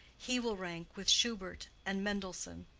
he will rank with schubert and mendelssohn.